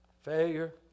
failure